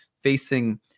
facing